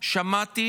בו שמעתי